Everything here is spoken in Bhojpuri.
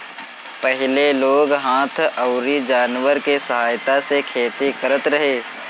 पहिले लोग हाथ अउरी जानवर के सहायता से खेती करत रहे